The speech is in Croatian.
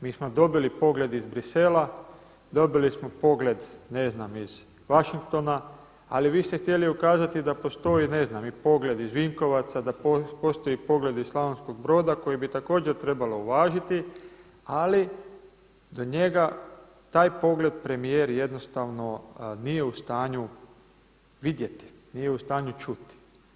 Mi smo dobili pogled iz Bruxellesa, dobili smo pogled ne znam iz Washingtona ali vi ste htjeli ukazati da postoji ne znam i pogled iz Vinkovaca, da postoji pogled iz Slavonskog Broda koji bi također trebalo uvažiti ali do njega taj pogled premijer jednostavno nije u stanju vidjeti, nije u stanju čuti.